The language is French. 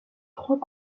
trois